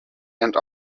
and